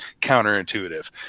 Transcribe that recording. counterintuitive